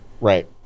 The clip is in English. Right